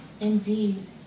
indeed